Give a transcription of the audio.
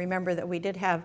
remember that we did have